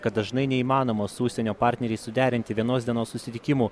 kad dažnai neįmanoma su užsienio partneriais suderinti vienos dienos susitikimų